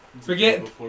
Forget